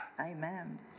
Amen